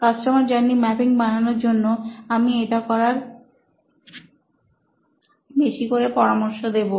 customer journey mapping বানানোর জন্য আমি এটা করার বেশি করে পরামর্শ দেব